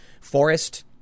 forest